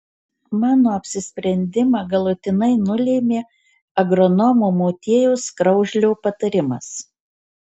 mano apsisprendimą galutinai nulėmė agronomo motiejaus kraužlio patarimas